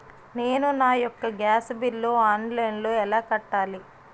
నేను నా యెక్క గ్యాస్ బిల్లు ఆన్లైన్లో ఎలా కట్టాలి?